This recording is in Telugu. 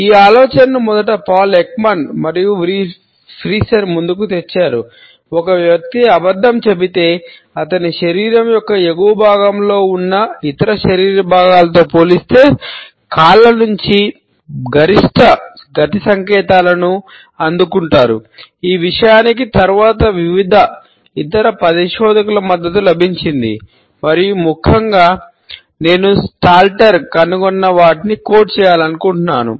ఈ ఆలోచనను మొదట పాల్ ఎక్మాన్ చేయాలనుకుంటున్నాను